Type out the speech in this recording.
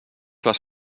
les